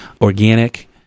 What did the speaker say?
organic